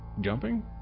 jumping